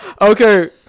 Okay